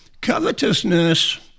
Covetousness